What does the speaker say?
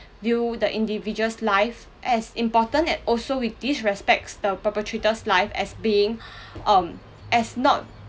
view the individual's life as important and also we disrespects the perpetrator's life as being um as not